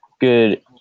good